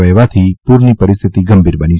વહેવાથી પુરની પરિસ્થિતિ ગંભીર બની છે